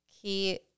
key